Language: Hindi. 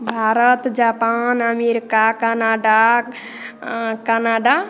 Bharat Japan America Canada Canada